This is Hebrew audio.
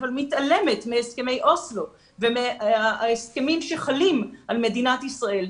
אבל מתעלמת מהסכמי אוסלו ומההסכמים שחלים על מדינת ישראל.